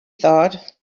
thought